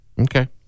Okay